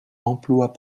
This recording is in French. emplois